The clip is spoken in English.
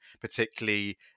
particularly